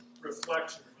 Reflection